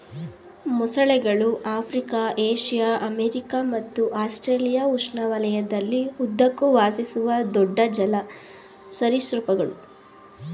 ಮೊಸಳೆಗಳು Africa Asia America ಮತ್ತು Australia ಉಷ್ಣವಲಯದಲ್ಲಿ ಉದ್ದಕ್ಕೂ ವಾಸಿಸುವ ದೊಡ್ಡ ಜಲ ಸರೀಸೃಪಗಳು